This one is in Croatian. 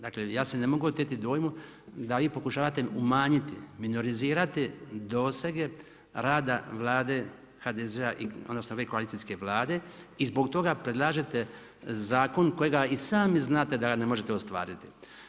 Dakle, ja se ne mogu oteti dojmu da vi pokušavate umanjiti, minorizirati dosege rada Vlade HDZ-a odnosno ove koalicijske Vlade i zbog toga predlažete zakon kojega i sami znate da ga ne možete ostvariti.